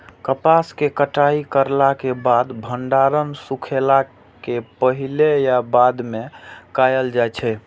कपास के कटाई करला के बाद भंडारण सुखेला के पहले या बाद में कायल जाय छै?